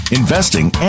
investing